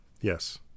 Yes